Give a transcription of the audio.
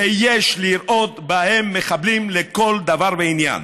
שיש לראות בהם מחבלים לכל דבר ועניין.